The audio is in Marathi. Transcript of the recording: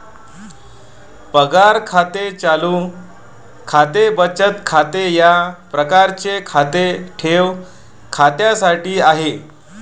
पगार खाते चालू खाते बचत खाते या प्रकारचे खाते ठेव खात्यासाठी आहे